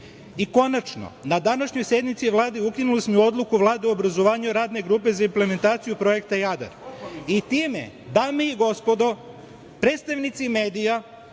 Konačno, na današnjoj sednici Vlade ukinuli smo i odluku Vlade o obrazovanju radne grupe za implementaciju projekta „Jadar“. Time, dame i gospodo predstavnici medija,